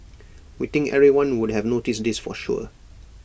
we think everyone would have noticed this for sure